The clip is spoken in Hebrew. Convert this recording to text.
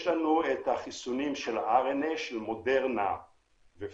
יש לנו את החיסונים של הרנ"א, של מודרנה ופייזר.